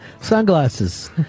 sunglasses